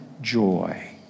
joy